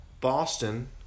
Boston